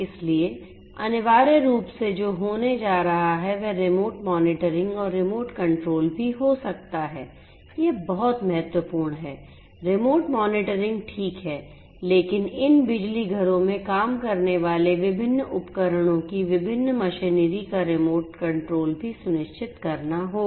इसलिए अनिवार्य रूप से जो होने जा रहा है वह रिमोट मॉनिटरिंग और रिमोट कंट्रोल भी हो सकता है यह बहुत महत्वपूर्ण है रिमोट मॉनिटरिंग ठीक है लेकिन इन बिजलीघरों में काम करने वाले विभिन्न उपकरणों की विभिन्न मशीनरी का रिमोट कंट्रोल भी सुनिश्चित करना होगा